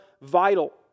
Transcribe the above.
vital